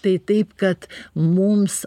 tai taip kad mums